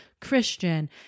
Christian